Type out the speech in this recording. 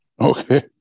Okay